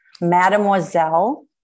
Mademoiselle